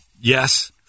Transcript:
Yes